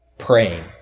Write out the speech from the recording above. praying